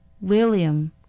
William